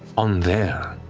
on their